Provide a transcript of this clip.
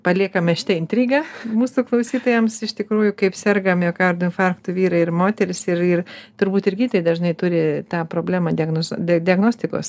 paliekame šitą intrigą mūsų klausytojams iš tikrųjų kaip serga miokardo infarktu vyrai ir moterys ir ir turbūt irgi dažnai turi tą problemą diagnoz diagnostikos